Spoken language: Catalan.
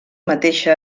mateixa